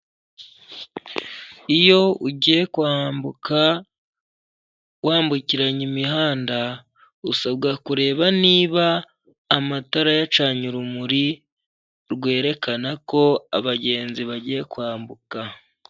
Iyo ugiye kwambuka wambukiranya imihanda, usabwa kureba niba amatara yacanye urumuri rwerekana ko abagenzi bagiye kwambuka.